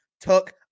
took